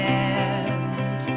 end